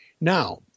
Now